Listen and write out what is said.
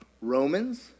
Romans